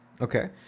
Okay